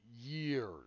Years